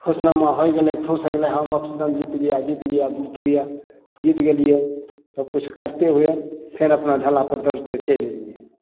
खुशनमा होइ गेलय खुश होइ गेलय हम अपन जीत गिया जीत गिया जीत गिया जीत गेलियै सब किछु करते हुये फेर अपना ढालापर दौड़ते चलि अयलियै